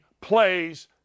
plays